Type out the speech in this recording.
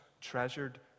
treasured